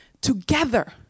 together